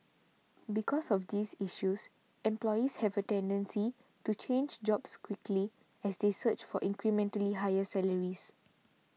because of these issues employees have a tendency to change jobs quickly as they search for incrementally higher salaries